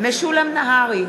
משולם נהרי,